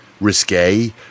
risque